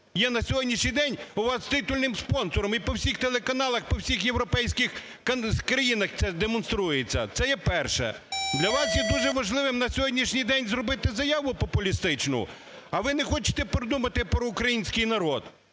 є на сьогоднішній у вас титульним спонсором, і по всіх телеканалах по всіх європейських країнах це демонструється. Це є перше. Для вас є дуже важливим, на сьогоднішній день зробити заяву популістичну, а ви не хочете подумати про український народ.